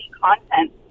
content